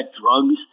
drugs